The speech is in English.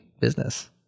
business